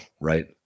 right